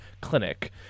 clinic